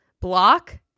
block